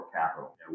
Capital